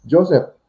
Joseph